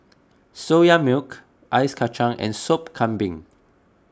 Soya Milk Ice Kachang and Sop Kambing